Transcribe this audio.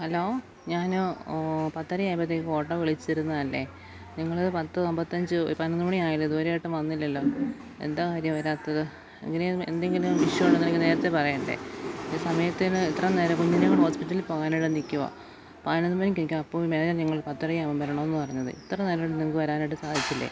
hello ഞാന് പത്തര ആവുമ്പഴത്തേക്കും ഓട്ടോ വിളിച്ചിരുന്നതല്ലേ നിങ്ങള് പത്ത് അമ്പത്തഞ്ച് പതിനൊന്നുമണിആയല്ലോ ഇതുവരെ ആയിട്ടും വന്നില്ലല്ലോ എന്താ കാര്യം വരാത്തത് ഇങ്ങനെയാവുമ്പോള് എന്തെങ്കിലും ഇഷ്യൂ ഉണ്ടെന്നുണ്ടെങ്കില് നേരത്തെ പറയണ്ടേ ഇത് സമയത്തിന് എത്രനേരവാ കുഞ്ഞിനെയുംകൊണ്ട് ഹോസ്പിറ്റലിൽ പോവാനായിട്ട് നിക്കുവാ പതിനൊന്നുമണിക്കായെനിക്ക് അപ്പോയിൻമെൻറ്റ് അതാ നിങ്ങൾ പത്തരയാവുമ്പോള് വരണമെന്ന് പറഞ്ഞത് ഇത്രനേരമായിട്ട് നിങ്ങള്ക്ക് വരാനായിട്ട് സാധിച്ചില്ലേ